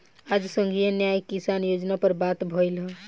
आज संघीय न्याय किसान योजना पर बात भईल ह